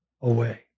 away